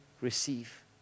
receive